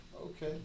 Okay